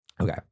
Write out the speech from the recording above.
Okay